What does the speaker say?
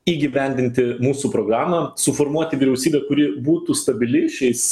įgyvendinti mūsų programą suformuoti vyriausybę kuri būtų stabili šiais